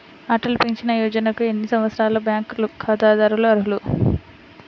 Atal pension యోజనకు ఎన్ని సంవత్సరాల బ్యాంక్ ఖాతాదారులు అర్హులు?